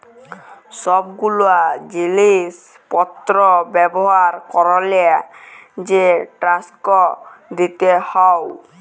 সব গুলা জিলিস পত্র ব্যবহার ক্যরলে যে ট্যাক্স দিতে হউ